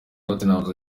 platnumz